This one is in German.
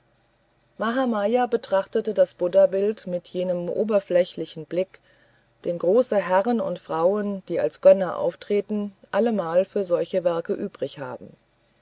mahamaya betrachtete das buddhabild mit jenem oberflächlichen blick den große herren und frauen die als gönner auftreten allemal für solche werke übrig haben